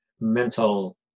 mental